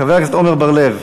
חבר הכנסת עמר בר-לב,